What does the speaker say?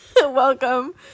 welcome